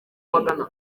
magana